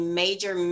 major